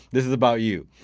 this is about you.